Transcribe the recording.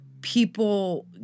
people